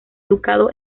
educado